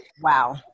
Wow